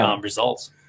results